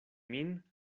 min